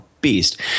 beast